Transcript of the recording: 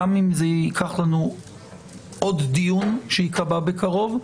גם אם זה ייקח לנו עוד דיון שייקבע בקרוב,